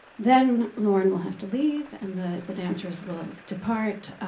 then lauren will have to leave, and the the dancers will depart,